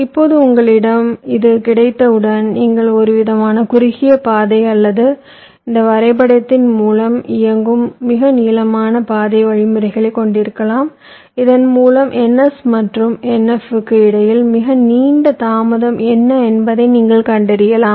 இப்போது உங்களிடம் இது கிடைத்தவுடன் நீங்கள் ஒருவிதமான குறுகிய பாதை அல்லது இந்த வரைபடத்தின் மூலம் இயங்கும் மிக நீளமான பாதை வழிமுறைகளைக் கொண்டிருக்கலாம் இதன் மூலம் ns மற்றும் nf க்கு இடையில் மிக நீண்ட தாமதம் என்ன என்பதை நீங்கள் கண்டறியலாம்